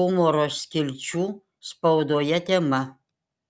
humoro skilčių spaudoje tema